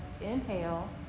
inhale